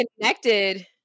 connected